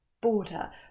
border